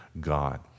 God